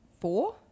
four